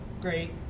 Great